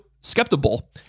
skeptical